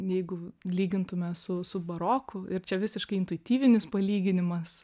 jeigu lygintume su su baroku ir čia visiškai intuityvinis palyginimas